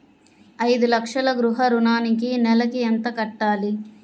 ఐదు లక్షల గృహ ఋణానికి నెలకి ఎంత కట్టాలి?